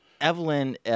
Evelyn